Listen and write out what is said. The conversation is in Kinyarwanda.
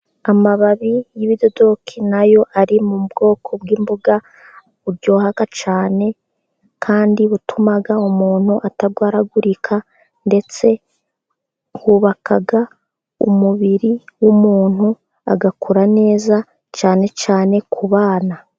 Amababi y'ibidodoki nayo ari mu bwoko bw'imboga buryoha cyane kandi butuma umuntu atarwaragurika ndetse yubaka umubiri w'umuntu agakura neza cyane cyane ku bana.